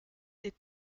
des